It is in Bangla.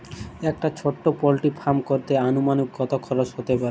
একটা ছোটো পোল্ট্রি ফার্ম করতে আনুমানিক কত খরচ কত হতে পারে?